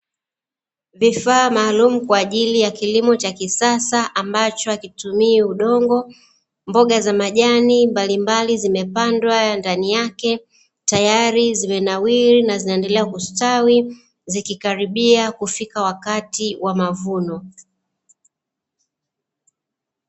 Vifaa maalumu kwaajili ya kilimo cha kisasa ambacho hakitumii udongo mboga za majani mbalimbali zimepandwa ndani yake, tayari zimenawili na zinaendelea kustawi zinakaribia kufika wakati wa mavuno.